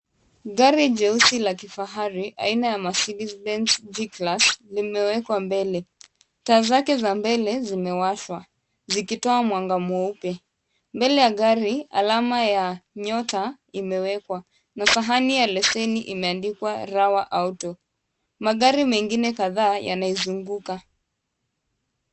Gari jeusi la kifahari aina ya Mercedes-Benz G Class limewekwa mbele; taa zake za mbele zimewashwa zikitoa mwanga mweupe. Mbele ya gari, alama ya nyota imewekwa na sahani ya leseni imeandikwa Rawa Auto. Magari mengine kadhaa yanaizunguka.